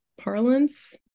parlance